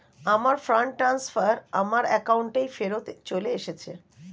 আমার fund transfer আমার অ্যাকাউন্টেই ফেরত চলে এসেছে